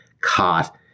caught